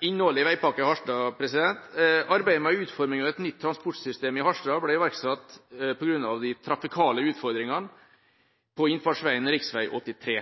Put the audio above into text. innholdet i Veipakke Harstad. Arbeidet med utforming av et nytt transportsystem i Harstad ble iverksatt på grunn av de trafikale utfordringene på innfartsveien rv. 83.